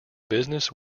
business